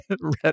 Red